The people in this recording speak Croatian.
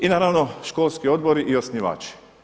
I naravno, školski odbori i osnivači.